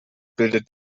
bildet